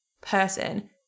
person